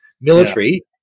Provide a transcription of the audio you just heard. military